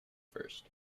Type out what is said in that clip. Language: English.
first